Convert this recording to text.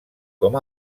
com